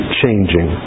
changing